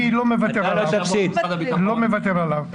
אני לא מוותר עליו.